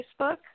Facebook